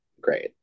great